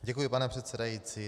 Děkuji, pane předsedající.